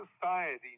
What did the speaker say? society